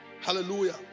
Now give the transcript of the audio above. hallelujah